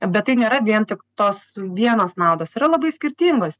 bet tai nėra vien tik tos vienos naudos yra labai skirtingos